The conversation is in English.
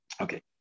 Okay